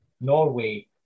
Norway